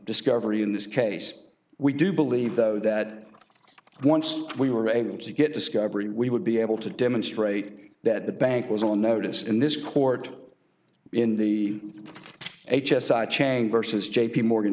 discovery in this case we do believe though that once we were able to get discovery we would be able to demonstrate that the bank was on notice in this court in the h s i chang versus j p morgan